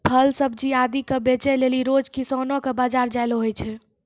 फल सब्जी आदि क बेचै लेलि रोज किसानो कॅ बाजार जाय ल होय छै